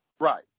Right